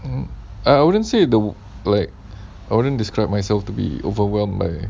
um I wouldn't say the like I wouldn't describe myself to be overwhelmed by